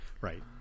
Right